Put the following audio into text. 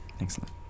Excellent